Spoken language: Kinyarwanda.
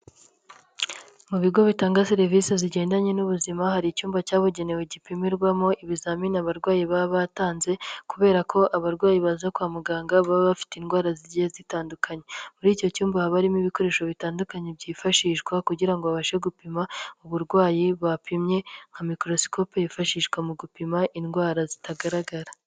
Mu bigo bitanga serivisi zigendanye n'ubuzima, hari icyumba cyabugenewe gipimirwamo ibizamini abarwayi baba batanze, kubera ko abarwayi baza kwa muganga baba bafite indwara zigiye zitandukanye. Muri icyo cyumba ha barimo ibikoresho bitandukanye byifashishwa, kugira ngo babashe gupima uburwayi bapimye, nka microscope yifashishwa mu gupima indwara zitagaragara.